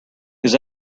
his